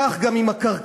כך גם עם הקרקעות.